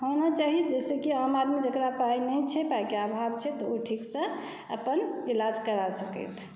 होना चाही जाहिसँ कि आम आदमी जेकरा पाइ नहि छै पाइ के आभाव छै तऽ ओ ठीकसँ अपन इलाज कराए सकथि